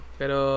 pero